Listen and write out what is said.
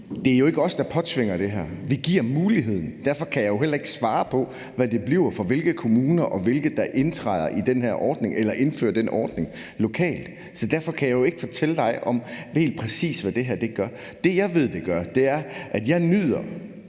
Det er jo ikke os, der påtvinger nogen det her. Vi giver muligheden. Derfor kan jeg jo heller ikke svare på, hvad det bliver til for hvilke kommuner, og hvilke der indfører den her ordning lokalt. Så derfor kan jeg jo ikke fortælle dig, helt præcis hvad det her gør. Det, jeg ved, det gør, er, at jeg nyder